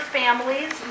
families